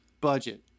budget